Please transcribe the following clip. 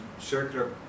circular